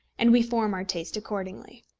and we form our taste accordingly.